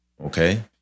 Okay